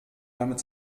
damit